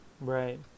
Right